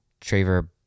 Traver